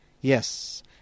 Yes